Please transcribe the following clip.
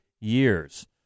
years